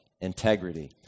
integrity